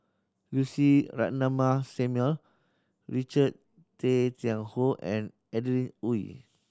Lucy Ratnammah Samuel Richard Tay Tian Hoe and Adeline Ooi